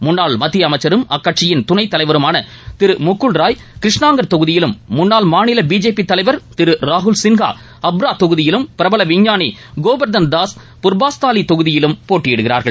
முன்னாள் மத்திய அமைச்சரும் கட்சியின் துணை தலைவருமான திரு முகுல்ராய் கிரிஷ்னாங்கர் தொகுதியிலும் முன்னாள் மாநில பிஜேபி தலைவர் திரு ராகுல் சின்ஹா ஹர்பா தொகுதியிலும் பிரபல விஞ்ஞாளி கோபர்த்தன் தாஸ் பூர்பஸ்தாளி தொகுதியிலும் போட்டியிடுகிறார்கள்